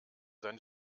sein